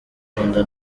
agakunda